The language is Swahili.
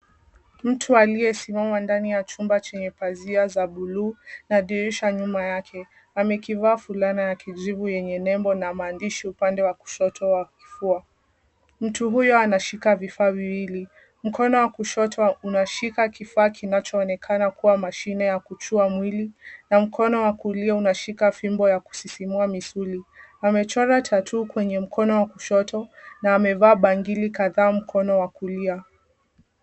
Mtu aliyesimama ndani ya chumba chenye pazia za buluu na dirisha nyuma yake. Amekivaa fulana ya kijivu yenye nembo na maandishi upande wa kushoto wa kifua. Mtu huyo anashika vifaa viwili. Mkono wa kushoto unashika kifaa kinachoonekana kuwa mashine ya kuchua mwili na mkono wa kulia unashika fimbo ya kusisimua misuli. Amechora tatoo kwenye mkono wa kushoto na amevaa bangili kadhaa mkono wa kulia.